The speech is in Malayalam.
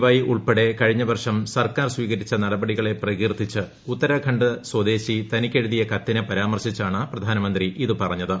വൈ ഉൾപ്പെടെ കഴിഞ്ഞവർഷം സർക്കാർ സ്വീകരിച്ച നടപടികളെ പ്രകീർത്തിച്ച് ഉത്തരാഖണ്ഡ് സ്വദേശി തനിക്കെഴുതിയ കത്തിനെ പരാമർശിച്ചാണ് പ്രധാനമന്ത്രി ഇത് പറഞ്ഞത്